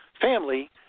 family